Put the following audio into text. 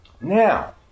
Now